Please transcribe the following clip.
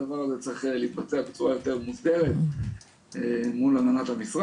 הדבר הזה צריך להתבצע בצורה יותר מושכלת מול המשרד.